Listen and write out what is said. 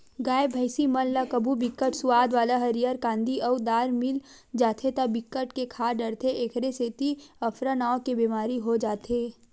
गाय, भइसी मन ल कभू बिकट सुवाद वाला हरियर कांदी अउ दार मिल जाथे त बिकट के खा डारथे एखरे सेती अफरा नांव के बेमारी हो जाथे